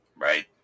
Right